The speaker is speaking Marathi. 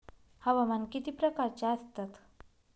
हवामान किती प्रकारचे असतात?